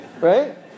right